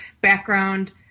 background